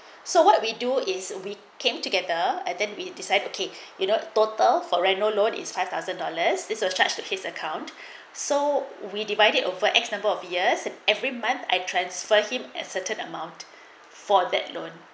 so what we do is we came together and then we decide to keep you know total for renault load is five thousand dollars this charged of his account so we divided over x. number of years and every month I transfer him as certain amount for that loan